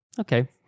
Okay